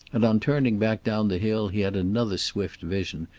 and on turning back down the hill he had another swift vision,